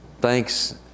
thanks